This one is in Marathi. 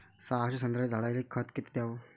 सहाशे संत्र्याच्या झाडायले खत किती घ्याव?